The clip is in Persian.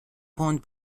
پوند